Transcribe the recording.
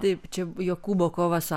taip čia jokūbo kova su